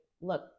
look